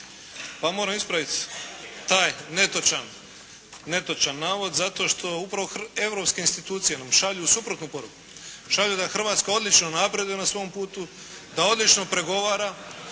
Pa moram ispraviti taj netočan navod zato što upravo europske institucije nam šalju suprotnu poruku. Šalju da Hrvatska odlično napreduje na svom putu, da odlično pregovara